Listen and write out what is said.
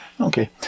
Okay